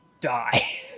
die